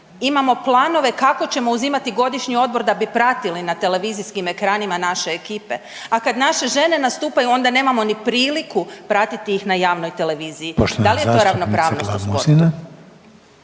imamo planove kako ćemo uzimati godišnji odmor da bi pratili na televizijskim ekranima naše ekipe, a kad naše žene nastupaju onda nemamo ni priliku pratiti ih na javnoj televiziji. Da li je to ravnopravnost u sportu?